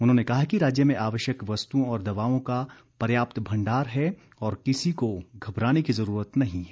उन्होंने कहा कि राज्य में आवश्यक वस्तुओं और दवाओं का पर्याप्त भंडार है और किसी को घबराने की जरूरत नहीं है